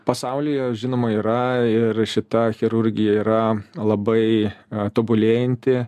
pasaulyje žinoma yra ir šita chirurgija yra labai tobulėjanti